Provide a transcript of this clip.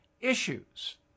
issues